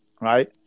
right